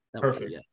Perfect